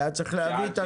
לא